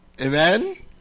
Amen